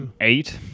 Eight